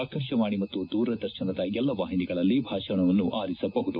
ಆಕಾಶವಾಣಿ ಮತ್ತು ದೂರದರ್ಶನದ ಎಲ್ಲಾ ವಾಹಿನಿಗಳಲ್ಲಿ ಭಾಷಣವನ್ನು ಆಲಿಸಬಹುದಾಗಿದೆ